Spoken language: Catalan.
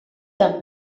també